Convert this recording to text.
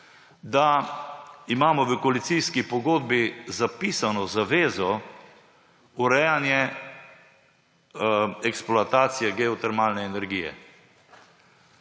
da imamo v koalicijski pogodbi zapisano zavezo Urejanje eksploatacije geotermalne energije.